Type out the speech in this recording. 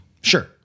Sure